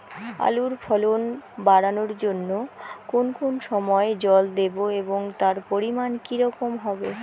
আলুর ফলন বাড়ানোর জন্য কোন কোন সময় জল দেব এবং তার পরিমান কি রকম হবে?